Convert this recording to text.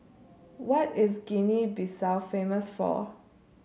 what is Guinea Bissau famous for